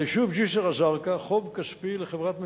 ליישוב ג'סר-א-זרקא חוב כספי לחברת "מקורות"